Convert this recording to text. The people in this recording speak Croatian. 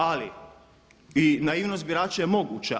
Ali naivnost birača je moguća.